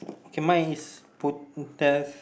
okay mine is put~